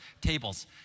tables